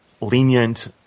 lenient